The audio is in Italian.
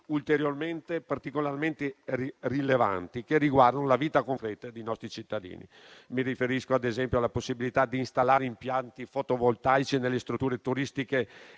emendamenti particolarmente rilevanti, che riguardano la vita concreta dei nostri cittadini. Mi riferisco, ad esempio, alla possibilità di installare impianti fotovoltaici nelle strutture turistiche